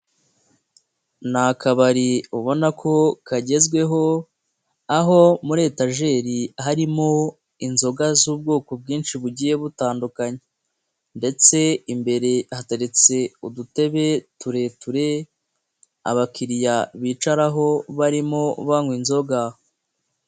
Ni akabari ubona ko kagezweho, aho muri etajeri harimo inzoga z'ubwoko bwinshi bugiye butandukanye. Ndetse imbere hateretse udutebe tureture, abakiriya bicaraho barimo banywa inzoga.